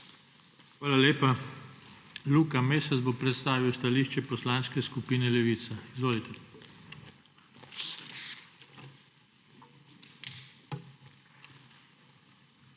Hvala lepa. Luka Mesec bo predstavil stališče Poslanske skupine Levica. Izvolite. **LUKA